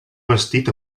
bastit